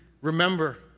remember